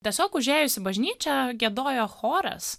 tiesiog užėjus į bažnyčią giedojo choras